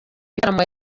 bitaramo